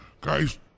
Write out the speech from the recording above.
Guy's